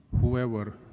whoever